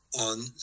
on